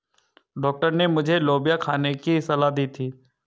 doctor ने मुझे लोबिया खाने की सलाह दी थी